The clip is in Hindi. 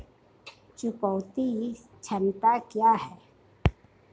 चुकौती क्षमता क्या है?